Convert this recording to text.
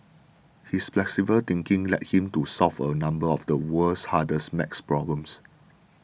his flexible thinking led him to solve a number of the world's harder math problems